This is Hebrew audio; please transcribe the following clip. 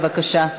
בבקשה.